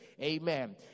Amen